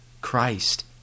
Christ